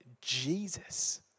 Jesus